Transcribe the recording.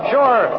Sure